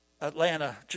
Atlanta